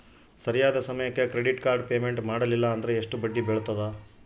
ಸರಿಯಾದ ಸಮಯಕ್ಕೆ credit card payment ಮಾಡಲಿಲ್ಲ ಅಂದ್ರೆ ಎಷ್ಟು ಬಡ್ಡಿ ಬೇಳ್ತದ?